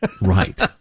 Right